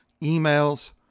emails